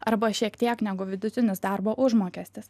arba šiek tiek negu vidutinis darbo užmokestis